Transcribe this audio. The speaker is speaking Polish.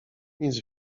nic